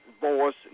voice